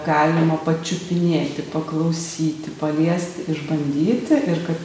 galima pačiupinėti paklausyti paliesti išbandyti ir kad